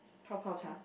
pao-pao-cha